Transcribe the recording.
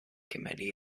committee